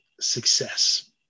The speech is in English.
success